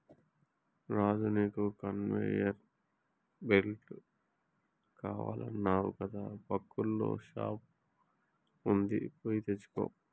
రాజు నీకు conveyor belt కావాలన్నావు కదా పక్కూర్ల షాప్ వుంది పోయి తెచ్చుకో